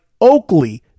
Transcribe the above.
Oakley